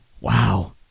Wow